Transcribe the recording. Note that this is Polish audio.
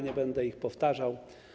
Nie będę ich powtarzał.